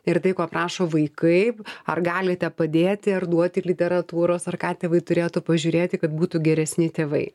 ir tai ko prašo vaikai ar galite padėti ar duoti literatūros ar ką tėvai turėtų pažiūrėti kad būtų geresni tėvai